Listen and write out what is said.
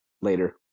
Later